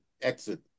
exit